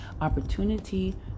opportunity